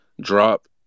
drop